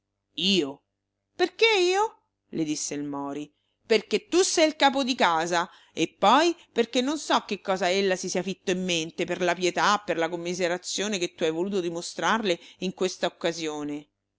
io perché io le disse il mori perché tu sei il capo di casa e poi perché non so che cosa ella si sia fitto in mente per la pietà per la commiserazione che tu hai voluto dimostrarle in questa occasione